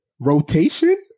Rotation